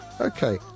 Okay